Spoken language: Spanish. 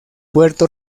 puerto